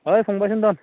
ओइ फंबाय सन्दन